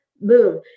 boom